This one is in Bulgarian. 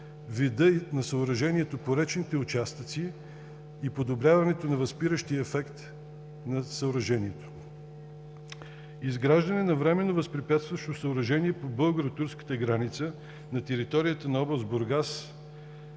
видът на съоръжението по речните участъци и подобряването на възпиращия ефект на съоръжението. Изграждането на временно възпрепятстващо съоръжение на българо-турската граница на територията на област Бургас